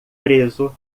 preso